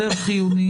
יותר חיוני.